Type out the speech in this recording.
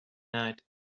night